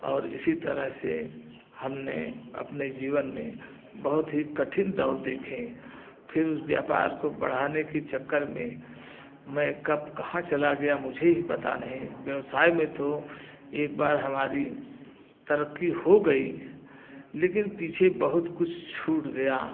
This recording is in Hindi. और इसी तरह से हमने अपने जीवन में बहुत ही कठिन दौर देखे फिर व्यपार को बढ़ाने के चक्कर में मैं कब कहाँ चला गया मुझे ही पता नही व्यवसाय में तो एक बार हमारी तरक्की हो गई लेकिन पीछे बहुत कुछ छूट गया